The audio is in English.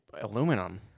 aluminum